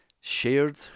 shared